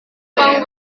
jepang